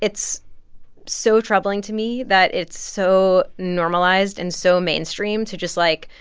it's so troubling to me that it's so normalized and so mainstream to just, like,